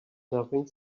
nothing